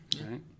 right